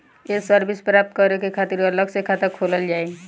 ये सर्विस प्राप्त करे के खातिर अलग से खाता खोलल जाइ?